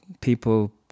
people